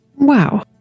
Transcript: Wow